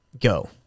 go